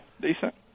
decent